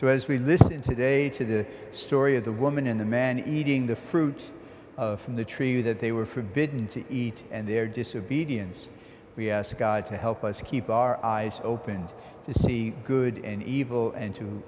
so as we listen today to the story of the woman in the man eating the fruit of from the tree that they were forbidden to eat and their disobedience we ask god to help us keep our eyes opened to see good and evil and to